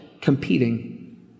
competing